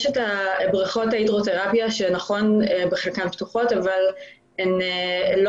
יש את הבריכות הטיפוליות שפתוחות בחלקן אבל הן לא